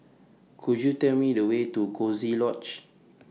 Could YOU Tell Me The Way to Coziee Lodge